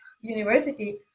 university